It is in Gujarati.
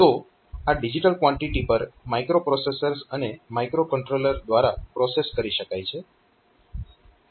તો આ ડિજીટલ કવાન્ટીટી પર માઇક્રોપ્રોસેસર્સ અને માઇક્રોકન્ટ્રોલર્સ દ્વારા પ્રોસેસ કરી શકાય છે